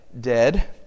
dead